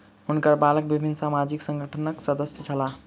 हुनकर बालक विभिन्न सामाजिक संगठनक सदस्य छला